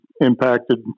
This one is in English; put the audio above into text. impacted